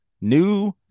new